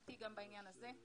תשתיתי גם בעניין הזה.